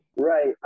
Right